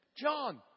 John